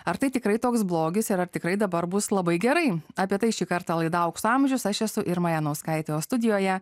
ar tai tikrai toks blogis yra tikrai dabar bus labai gerai apie tai šį kartą laidų aukso amžius aš esu irma janauskaitė o studijoje